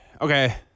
Okay